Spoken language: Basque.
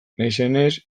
naizenez